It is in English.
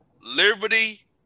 Liberty